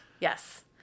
Yes